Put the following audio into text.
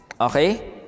okay